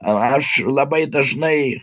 aš labai dažnai